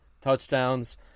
touchdowns